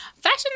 Fashion